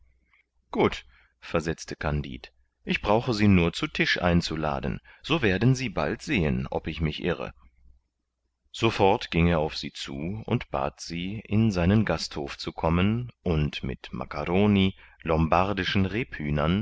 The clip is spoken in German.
gut versetzte kandid ich brauche sie nur zu tisch einzuladen so werden sie bald sehen ob ich mich irre sofort ging er auf sie zu und bat sie in seinen gasthof zu kommen und mit macaroni lombardischen rebhühnern